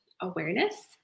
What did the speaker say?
awareness